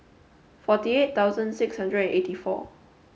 forty eight thousand six hundred eighty four